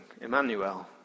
Emmanuel